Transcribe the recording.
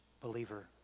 believer